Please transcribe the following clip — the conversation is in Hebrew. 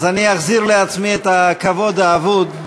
אז אני אחזיר לעצמי את הכבוד האבוד: